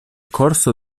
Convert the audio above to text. corso